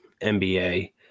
NBA